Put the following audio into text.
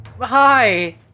hi